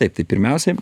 taip tai pirmiausiai